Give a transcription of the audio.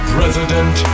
President